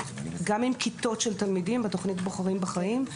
כיתות של תלמידים בתוכנית בוחרים בחיים,